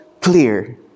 clear